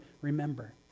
remember